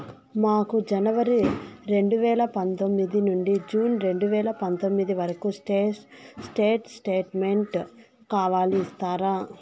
మాకు జనవరి రెండు వేల పందొమ్మిది నుండి జూన్ రెండు వేల పందొమ్మిది వరకు స్టేట్ స్టేట్మెంట్ కావాలి ఇస్తారా